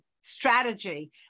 strategy